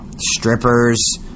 Strippers